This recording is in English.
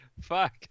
Fuck